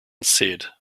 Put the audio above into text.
said